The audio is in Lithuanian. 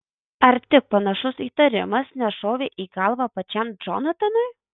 ar tik panašus įtarimas nešovė į galvą pačiam džonatanui